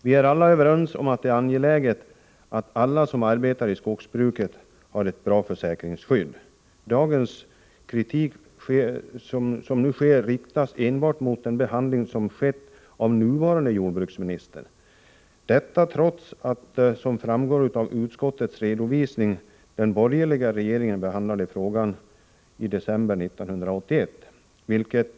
Vi är överens om att det är angeläget att alla som arbetar inom skogsbruk har ett bra försäkringsskydd. Dagens kritik riktar sig enbart mot den behandling som gjorts av nuvarande jordbruksministern. Som framgår av utskottets redovisning behandlade den borgerliga regeringen frågan i december 1981.